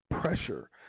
pressure